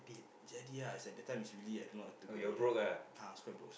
jadi ah is like that time is really I don't know what to go already ah I was quite broke also